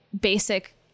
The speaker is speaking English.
basic